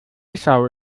bissau